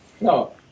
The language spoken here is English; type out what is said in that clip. No